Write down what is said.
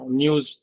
news